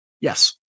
Yes